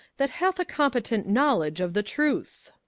that hath a competent knowledge of the truth.